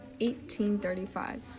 1835